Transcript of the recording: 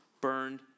burned